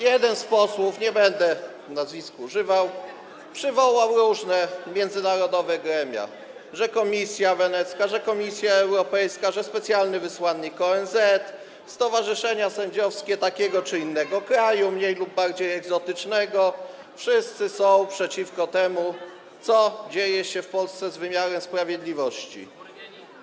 Jeden z posłów, nie będę nazwisk używał, przywołał różne międzynarodowe gremia - że Komisja Wenecka, Komisja Europejska, specjalny wysłannik ONZ, stowarzyszenia sędziowskie takiego czy innego kraju, mniej lub bardziej egzotycznego, wszyscy są przeciwko temu, co dzieje się w Polsce z wymiarem sprawiedliwości.